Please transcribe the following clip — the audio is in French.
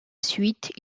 suite